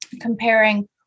comparing